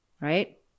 right